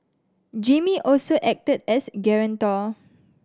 Jimmy also acted as a guarantor